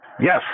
yes